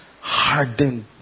hardened